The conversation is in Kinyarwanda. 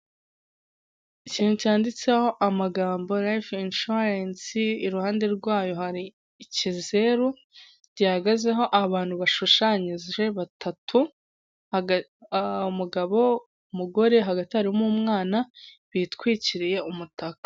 Ikintu cyanditseho amagambo rayifu inshuwarensi, iruhande rwayo hari ikizeru gihagazeho abantu bashushanyije batatu, umugabo, umugore hagati harimo umwana bitwikiriye umutaka.